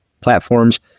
platforms